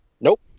Nope